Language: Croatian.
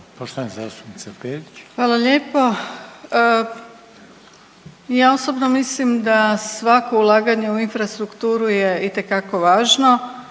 Grozdana (HDZ)** Hvala lijepo. Ja osobno mislim da svako ulaganje u infrastrukturu je itekako važno.